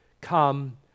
come